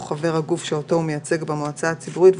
חבר הגוף שאותו הוא מייצג במועצה הציבורית,